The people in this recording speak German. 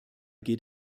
geht